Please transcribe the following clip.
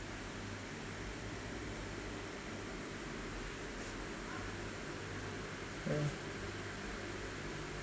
uh